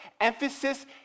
emphasis